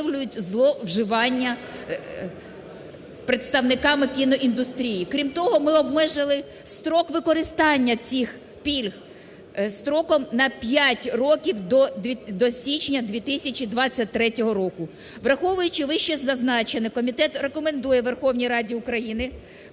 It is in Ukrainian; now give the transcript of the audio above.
зловживання представниками кіноіндустрії. Крім того, ми обмежили строк використання цих пільг строком на 5 років, до січня 2023 року. Враховуючи вище зазначене, комітет рекомендує Верховній Раді України